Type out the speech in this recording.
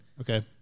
Okay